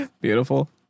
beautiful